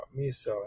miso